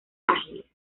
ágiles